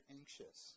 anxious